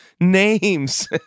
names